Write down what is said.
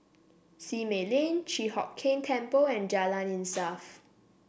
Simei Lane Chi Hock Keng Temple and Jalan Insaf